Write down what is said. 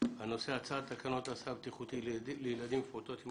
הצעת תקנות הסעה בטיחותית לילדים ולפעוטות עם